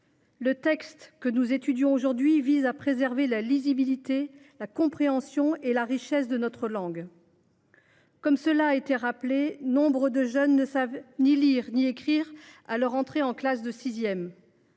Le texte que nous étudions aujourd’hui vise à préserver la lisibilité, la compréhension et la richesse de notre langue. Comme cela a été rappelé, nombre de jeunes ne savent ni lire ni écrire à leur entrée en classe de sixième.